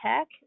tech